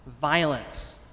violence